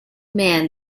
man